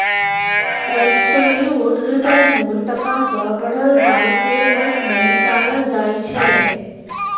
absolute return मुल टका सँ बढ़ल पाइ केर रुप मे निकालल जाइ छै